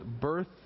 birth